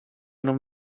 non